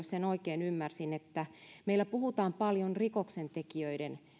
sen oikein ymmärsin meillä puhutaan paljon rikoksentekijöiden